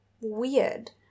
weird